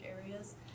areas